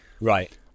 Right